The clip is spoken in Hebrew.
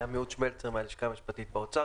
הלשכה המשפטית באוצר.